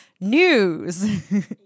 news